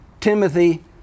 Timothy